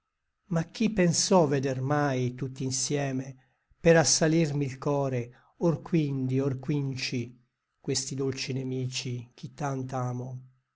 ma chi pensò veder mai tutti insieme per assalirmi il core or quindi or quinci questi dolci nemici ch'i tant'amo amor